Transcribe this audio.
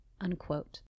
unquote